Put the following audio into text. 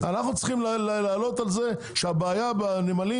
אנחנו צריכים לעלות על זה שהבעיה בנמלים